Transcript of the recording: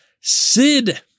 Sid